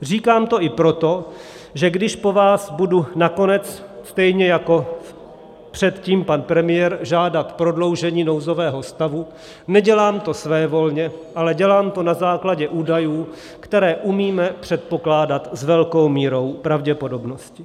Říkám to i proto, že když po vás budu nakonec, stejně jako předtím pan premiér, žádat prodloužení nouzového stavu, nedělám to svévolně, ale dělám to na základě údajů, které umíme předpokládat s velkou mírou pravděpodobnosti.